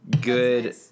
Good